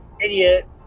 idiot